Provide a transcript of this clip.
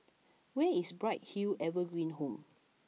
where is Bright Hill Evergreen Home